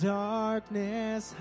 darkness